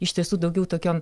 iš tiesų daugiau tokiom